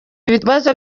ibibazo